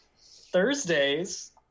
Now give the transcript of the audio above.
Thursdays